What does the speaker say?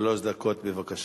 שלוש דקות, בבקשה.